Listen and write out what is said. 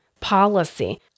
Policy